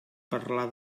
parlar